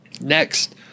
Next